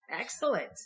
Excellent